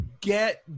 Get